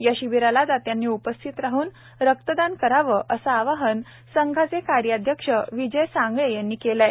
याशिबिरालादात्यांनीउपस्थितराहूनरक्तदानकरावे असेआवाहनसंघाचे कार्याध्यक्षविजयसांगळेयांनी केलेआहे